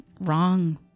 wrong